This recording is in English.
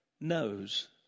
knows